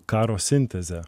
karo sintezę